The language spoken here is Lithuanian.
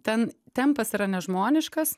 ten tempas yra nežmoniškas